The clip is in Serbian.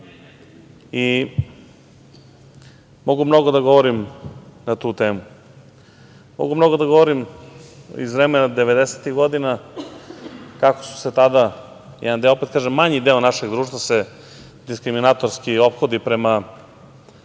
i mogu mnogo da govorim na tu temu. Mogu mnogo da govorimo iz vremena devedesetih godina kako su se tada, jedan deo, opet kažem, manji deo našeg društva, se diskriminatorski ophodili prema